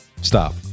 stop